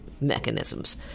mechanisms